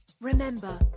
Remember